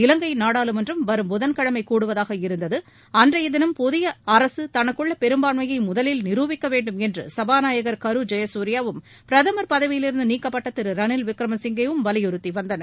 இலங்கை நாடாளுமன்றம் வரும் புதன்கிழமை கூடுவதாக இருந்தது அன்றைய தினம் புதிய அரசு தனக்குள்ள பெரும்பன்மையை முதலில் நிரூபிக்கவேண்டும் என்று சபாநாயகர் கரு ஜெயசூர்யாவும் பிரதமர் பதவியிலிருந்து நீக்கப்பட்ட திரு ரணில் விக்ரம சிங்கேவும் வலியுறுத்தி வந்தனர்